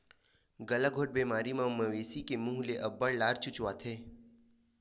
गलाघोंट बेमारी म मवेशी के मूह ले अब्बड़ लार चुचवाथे